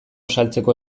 saltzeko